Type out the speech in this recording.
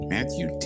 Matthew